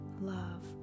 love